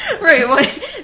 right